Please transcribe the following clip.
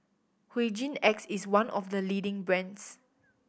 Hygin X is one of the leading brands